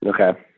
okay